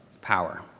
power